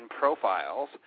profiles